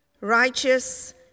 righteous